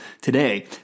today